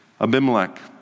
Abimelech